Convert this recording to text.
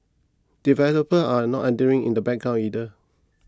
developers are not idling in the background either